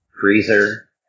freezer